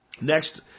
Next